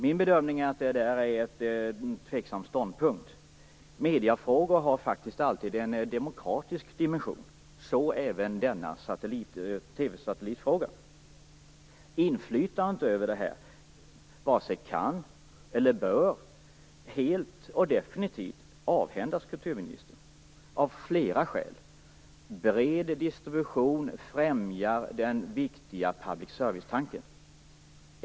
Min bedömning är att detta är en tveksam ståndpunkt. Mediefrågor har alltid en demokratisk dimension. Så även denna TV-satellitfråga. Inflytandet varken kan eller bör helt och definitivt avhändas kulturministern, och detta av flera skäl. Bred distribution främjar den viktiga public service-tanken.